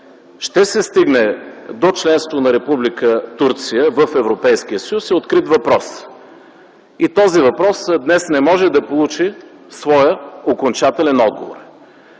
ще се стигне до членство на Република Турция в Европейския съюз е открит въпрос, който днес не може да получи своя окончателен отговор.